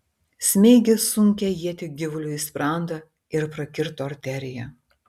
smeigė sunkią ietį gyvuliui į sprandą ir prakirto arteriją